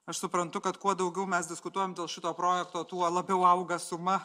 aš suprantu kad kuo daugiau mes diskutuojam dėl šito projekto tuo labiau auga suma